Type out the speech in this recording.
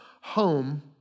Home